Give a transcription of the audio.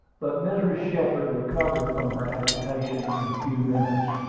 but mrs. shepard recovered from her agitation in a few minutes.